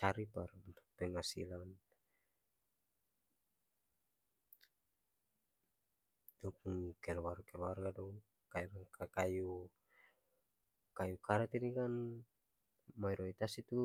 Cari par penghasilan dong pung keluarga-keluarga dong ka-kayu kayu karet inikan mayoritas itu